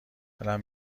دلم